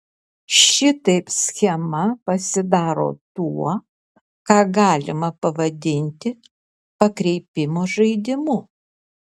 šitaip schema pasidaro tuo ką galima pavadinti pakreipimo žaidimu